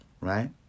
Right